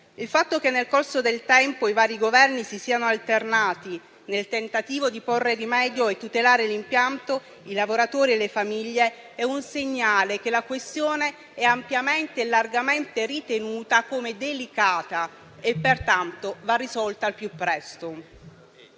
Il fatto che, nel corso del tempo, i vari Governi si siano alternati nel tentativo di porre rimedio e tutelare l'impianto, i lavoratori e le famiglie è un segnale che la questione è ampiamente e largamente ritenuta come delicata, e pertanto va risolta al più presto.